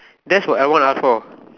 that's what I want ask for